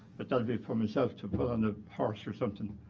but that'll be for myself to put on the hearse or something.